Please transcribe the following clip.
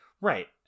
Right